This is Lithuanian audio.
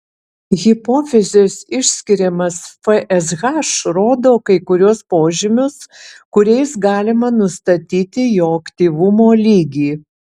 hipofizės išskiriamas fsh rodo kai kuriuos požymius kuriais galima nustatyti jo aktyvumo lygį